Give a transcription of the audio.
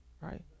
right